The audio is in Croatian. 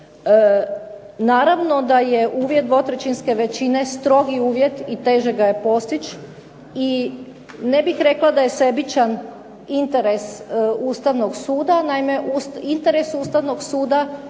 Naravno da je uvjet 2/3-ske većine, strogi uvjet i teže ga je postići i ne bih rekla da je sebičan interes Ustavnog suda. Naime, interes Ustavnog suda